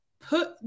put